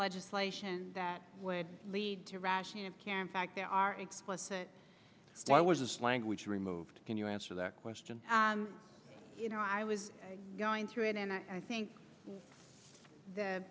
legislation that would lead to rationing and can fact there are explicit why was this language removed can you answer that question you know i was going through it and i think the